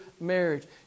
marriage